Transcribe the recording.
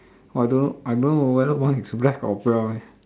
!wah! I don't know I don't know whether one is black or brown eh